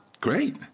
Great